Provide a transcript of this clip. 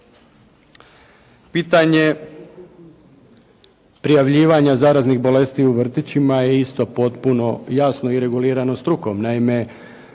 Pitanje prijavljivanja zaraznih bolesti u vrtićima je isto potpuno jasno i regulirano strukom.